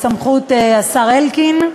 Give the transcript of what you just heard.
בסמכות השר אלקין.